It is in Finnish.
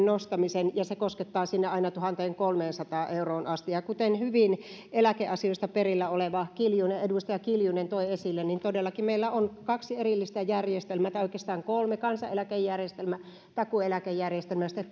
nostamisen ja se koskettaa eläkkeitä sinne aina tuhanteenkolmeensataan euroon asti kuten hyvin eläkeasioista perillä oleva edustaja kiljunen toi esille meillä todellakin on kaksi erillistä järjestelmää tai oikeastaan kolme kansaneläkejärjestelmä takuueläkejärjestelmä